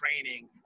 training